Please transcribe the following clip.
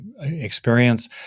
experience